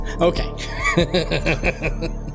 Okay